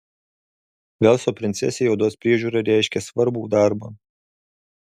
velso princesei odos priežiūra reiškė svarbų darbą